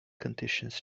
conditions